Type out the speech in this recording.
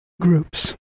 groups